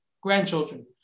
grandchildren